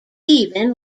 even